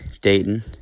Dayton